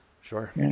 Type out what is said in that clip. Sure